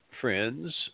friends